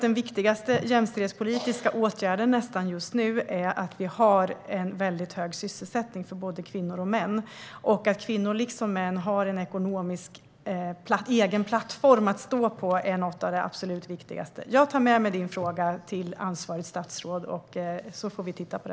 Den viktigaste jämställdhetspolitiska åtgärden är att det just nu råder en hög sysselsättning för både kvinnor och män. Att kvinnor liksom män har en egen ekonomisk plattform att stå på är något av det absolut viktigaste. Jag tar med mig Hillevi Larssons fråga till ansvarigt statsråd.